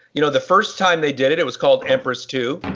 you know the first time they did it it was called empress tube,